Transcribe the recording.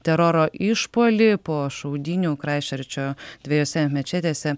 teroro išpuolį po šaudynių kraisčerčo dviejose mečetėse